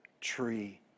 tree